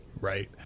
right